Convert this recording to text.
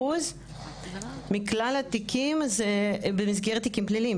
מכלל התיקים זה במסגרת תיקים פליליים.